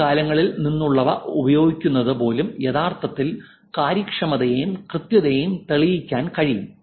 മുൻകാലങ്ങളിൽ നിന്നുള്ളവ ഉപയോഗിക്കുന്നത് പോലും യഥാർത്ഥത്തിൽ കാര്യക്ഷമതയും കൃത്യതയും തെളിയിക്കാൻ കഴിയും